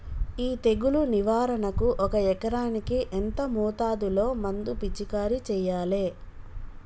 ఈ తెగులు నివారణకు ఒక ఎకరానికి ఎంత మోతాదులో మందు పిచికారీ చెయ్యాలే?